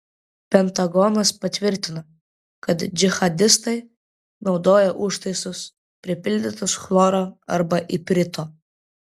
pentagonas patvirtino kad džihadistai naudoja užtaisus pripildytus chloro arba iprito